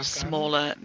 smaller